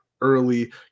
early